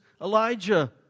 Elijah